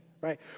right